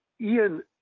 Ian